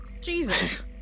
Jesus